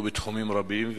ובתחומים רבים,